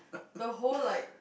the whole like